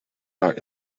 are